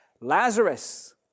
Lazarus